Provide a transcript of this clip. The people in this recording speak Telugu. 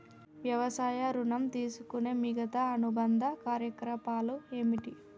వ్యవసాయ ఋణం తీసుకునే మిగితా అనుబంధ కార్యకలాపాలు ఏమిటి?